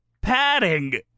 padding